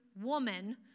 woman